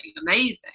Amazing